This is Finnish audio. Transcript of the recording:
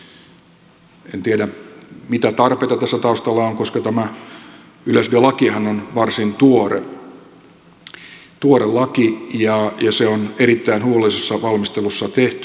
en tiedä mitä tarpeita tässä taustalla on koska tämä yleisradiolakihan on varsin tuore laki ja se on erittäin huolellisessa valmistelussa tehty